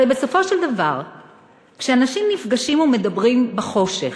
הרי בסופו של דבר כשאנשים נפגשים ומדברים בחושך,